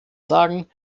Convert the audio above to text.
sagen